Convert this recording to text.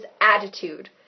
attitude